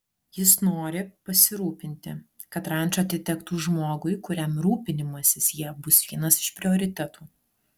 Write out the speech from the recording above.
jis nori pasirūpinti kad ranča atitektų žmogui kuriam rūpinimasis ja bus vienas iš prioritetų